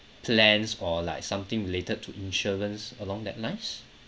plans or like something related to insurance along that lines